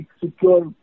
secure